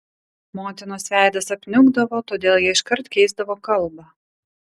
motinos veidas apniukdavo todėl jie iškart keisdavo kalbą